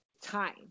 time